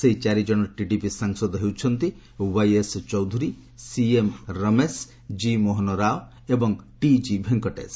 ସେହି ଚାରିଜଣ ଟିଡିପି ସାଂସଦ ହେଉଛନ୍ତି Y S Chowdary C M Ramesh G Mohanrao ଏବଂ ଟିଜି ଭେଙ୍କଟେଶ